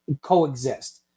coexist